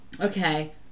okay